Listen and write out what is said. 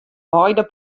beide